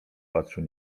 patrzył